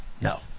No